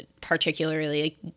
particularly